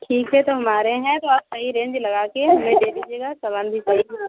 ठीक है तो हम आ रहे हैं तो आप सही रेंज लगा कर दे दीजिएगा